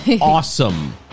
awesome